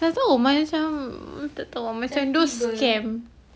tak tahu oh macam tak tahu macam those scam